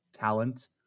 talent